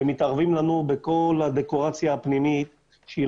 מתערבים לנו בכל הדקורציה הפנימית שהיא